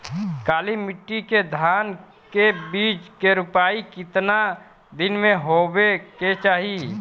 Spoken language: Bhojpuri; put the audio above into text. काली मिट्टी के धान के बिज के रूपाई कितना दिन मे होवे के चाही?